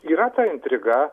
yra ta intriga